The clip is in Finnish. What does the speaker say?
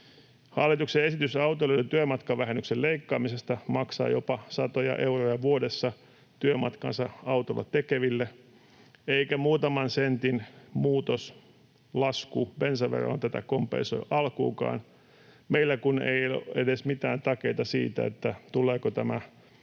Hallituksen esitys autoilun ja työmatkavähennyksen leikkaamisesta maksaa jopa satoja euroja vuodessa työmatkansa autolla tekeville, eikä muutaman sentin lasku bensaveroon tätä kompensoi alkuunkaan, meillä kun ei edes ole mitään takeita siitä, tuleeko tämä muutaman